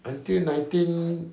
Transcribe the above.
until nineteen